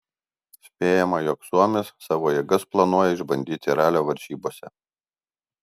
spėjama jog suomis savo jėgas planuoja išbandyti ralio varžybose